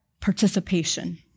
participation